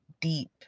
deep